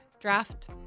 draft